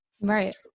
right